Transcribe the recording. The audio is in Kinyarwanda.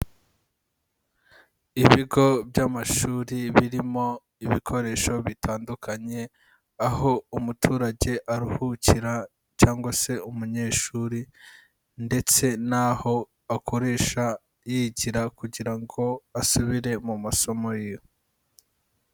Ibigo by'amashuri birimo ibikoresho bitandukanye, aho umuturage aruhukira cyangwa se umunyeshuri ndetse n'aho akoresha yigira kugira ngo asubire mu masomo ye.